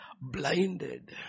blinded